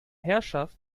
herrschaft